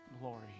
glory